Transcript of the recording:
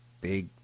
big